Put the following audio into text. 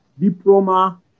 diploma